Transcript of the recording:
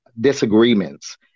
disagreements